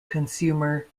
consumer